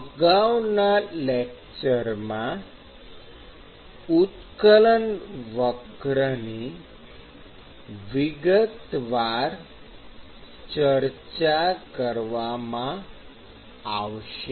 અગાઉના લેકચરમાં ઉત્કલન વક્રની વિગતવાર ચર્ચા કરવામાં આવશે